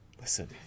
listen